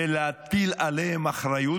ולהטיל עליו אחריות,